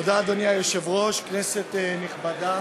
תודה, אדוני היושב-ראש, כנסת נכבדה,